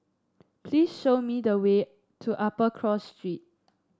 please show me the way to Upper Cross Street